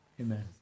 Amen